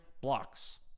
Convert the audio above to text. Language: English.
blocks